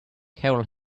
carol